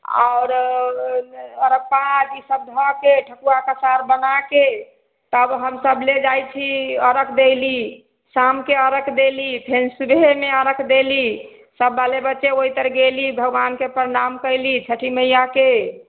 आओर परसाद ई सभ धऽके ठकुआ कसार बनाके तब हमसभ ले जाइत छी अरघ देऐली शामके अरख देली फेन सुबहेमे अरख देली सभ बाले बच्चे ओहितर गेली भगवानके प्रणाम कएली छठी मइयाके